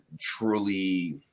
truly